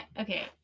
Okay